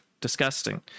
Disgusting